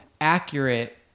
accurate